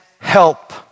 help